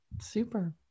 Super